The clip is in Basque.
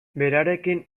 berarekin